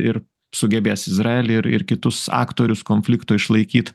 ir sugebės izraelį ir ir kitus aktorius konflikto išlaikyt